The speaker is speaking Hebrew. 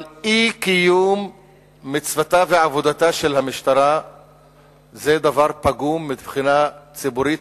אבל אי-קיום מצוותה ועבודתה של המשטרה זה דבר פגום מבחינה ציבורית,